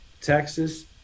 Texas